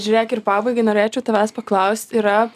žiūrėk ir pabaigai norėčiau tavęs paklaust yra